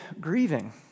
grieving